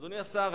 אדוני השר,